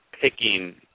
picking